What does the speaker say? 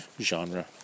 genre